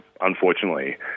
unfortunately